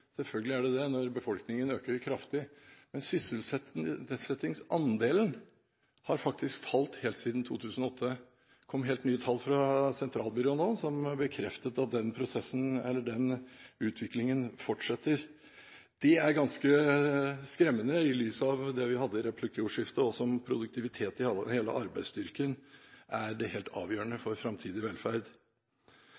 Selvfølgelig er det det når befolkningen øker kraftig, men sysselsettingsandelen har faktisk falt helt siden 2008. Det kom helt nye tall fra SSB nå som bekreftet at den utviklingen fortsetter. Det er ganske skremmende i lys av det vi diskuterte i replikkordskiftet, at produktivitet i hele arbeidsstyrken er helt avgjørende